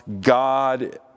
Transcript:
God